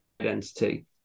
identity